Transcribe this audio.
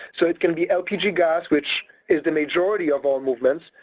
so it can be lgp gas, which is the majority of all movements.